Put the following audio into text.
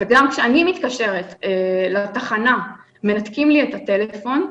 וגם כשאני התקשרתי לתחנה ניתקו לי את הטלפון,